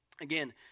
Again